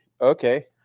okay